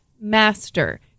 master